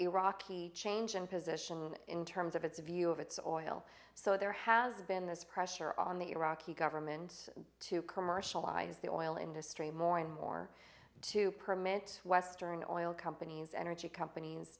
iraqi change in position in terms of its view of its oil so there has been this pressure on the iraqi government to commercialize the oil industry more and more to permit western oil companies energy companies